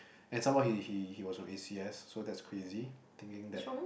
and some more he he he was from A_C_S so that's crazy thinking that